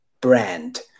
brand